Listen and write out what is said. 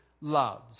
loves